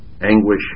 anguish